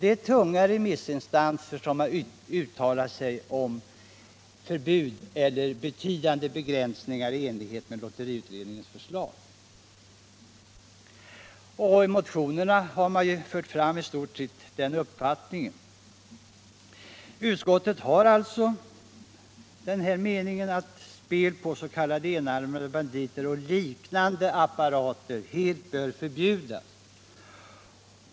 Det är tunga remissinstanser som här talat om förbud eller betydande begränsningar i enlighet med lotteriutredningens förslag. I de flesta motionerna framförs den förstnämnda uppfattningen. Också utskottet anser att spel på s.k. enarmade banditer och liknande apparater helt bör förbjudas.